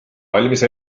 valmis